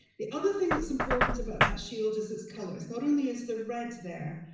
the other thing that's important about that shield is it's colors. not only is the red there,